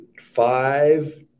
five